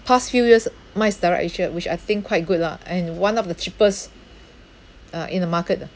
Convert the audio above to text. past few years mine is DirectAsia which I think quite good lah and one of the cheapest uh in the market ah